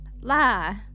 La